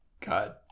God